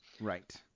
Right